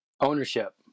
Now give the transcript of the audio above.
Ownership